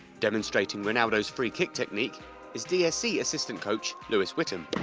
demonstrating ronaldo's free-kick technique is dsc assistant coach lewis whitham.